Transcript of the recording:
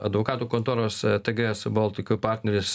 advokatų kontoros tgs boltik partneris